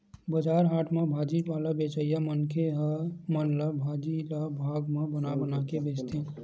बजार हाट म भाजी पाला बेचइया मनखे मन ह भाजी ल भाग म बना बना के बेचथे